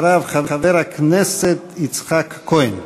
אחריו, חבר הכנסת יצחק כהן.